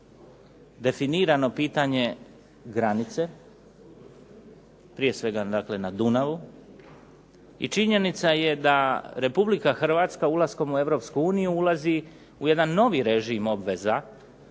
definirano pitanje granice, prije svega na Dunavu i činjenica je da Republika Hrvatska ulaskom u Europsku uniju ulazi u jedan novi režim obveza,